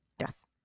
Yes